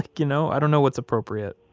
like you know i don't know what's appropriate,